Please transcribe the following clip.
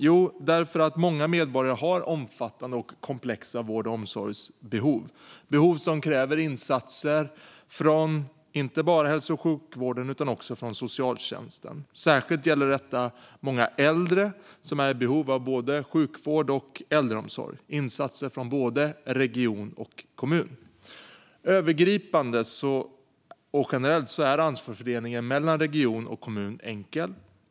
Jo, därför att många medborgare har omfattande och komplexa vård och omsorgsbehov - behov som kräver insatser inte bara från hälso och sjukvården utan också från socialtjänsten. Särskilt gäller detta många äldre som är i behov av både sjukvård och äldreomsorg, insatser från både region och kommun. Övergripande och generellt är ansvarsfördelningen mellan region och kommun enkel.